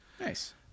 Nice